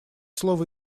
слово